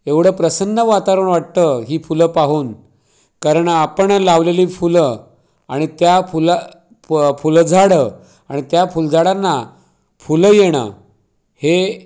एवढं प्रसन्न वातावरण वाटतं ही फुलं पाहून कारण आपण लावलेली फुलं आणि त्या फुला प फुलझाडं आणि त्या फुलझाडांना फुलं येणं हे